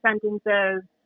sentences